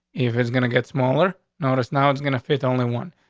if it's gonna get smaller noticed now, it's gonna fit only one.